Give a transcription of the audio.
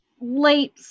late